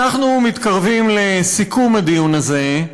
אנחנו מתקרבים לסיכום הדיון הזה,